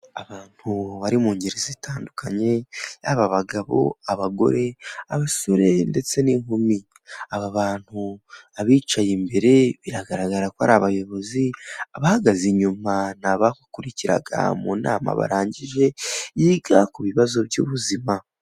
Abantu bari mu ngeri zitandukanye y'aba bagabo, abagore, abasore, ndetse n'inkumi. Aba bantu abicaye imbere biragaragara ko ari abayobozi, abahagaze inyuma ni abakurikiraga mu nama barangije yiga ku bibazo by'ubuzima.